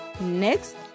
Next